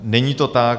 Není to tak.